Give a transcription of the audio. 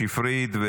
שפרית.